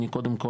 אני קודם כל,